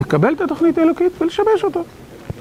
לקבל את התוכנית האלוקית ולשבש אותה.